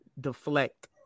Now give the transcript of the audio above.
deflect